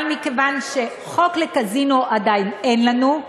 אבל כיוון שחוק לקזינו עדיין אין לנו,